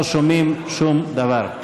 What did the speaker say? לא שומעים שום דבר.